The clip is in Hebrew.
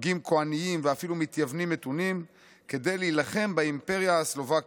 חוגים כוהניים ואפילו מתייוונים מתונים כדי להילחם באימפריה הסלובקית.